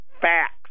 facts